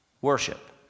worship